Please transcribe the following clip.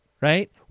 right